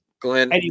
Glenn